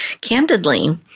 candidly